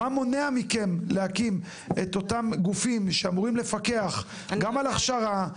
מה מונע מכם להקים את אותם גופים שאמורים לפקח גם על הכשרה,